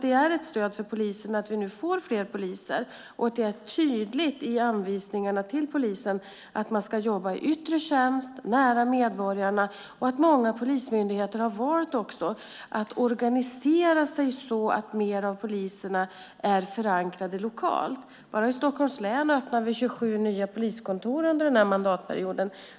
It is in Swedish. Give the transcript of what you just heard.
Det är ett stöd för polisen att vi nu får fler poliser och att det är tydligt i anvisningarna till polisen att man ska jobba i yttre tjänst, nära medborgarna. Många polismyndigheter har också valt att organisera sig så att fler av poliserna är förankrade lokalt. Bara i Stockholms län öppnar vi 27 nya poliskontor under den här mandatperioden.